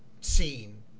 seen